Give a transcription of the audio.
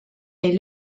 est